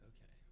Okay